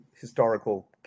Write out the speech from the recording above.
historical